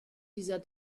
dieser